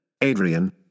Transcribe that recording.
Adrian